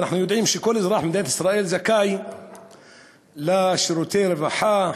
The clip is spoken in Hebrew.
אנחנו יודעים שכל אזרח במדינת ישראל זכאי לשירותי רווחה,